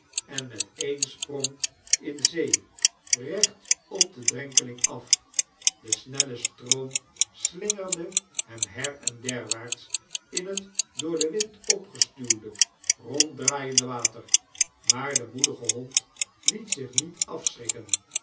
en met een sprong in zee recht op den drenkeling af de snelle stroom slingerde hem her en derwaartsinhet door den wind opgestuwde ronddraaiende water maar de moedige hond liet zich niet afschrikken